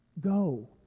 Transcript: Go